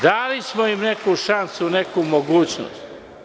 Dali smo im neku šansu, neku mogućnost.